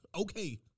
okay